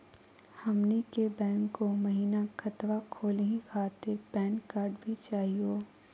हमनी के बैंको महिना खतवा खोलही खातीर पैन कार्ड भी चाहियो?